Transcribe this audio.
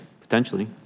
Potentially